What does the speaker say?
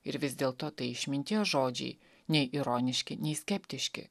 ir vis dėlto tai išminties žodžiai nei ironiški nei skeptiški